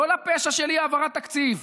לא לפשע של אי-העברת תקציב,